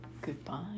Goodbye